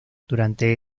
durante